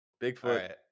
bigfoot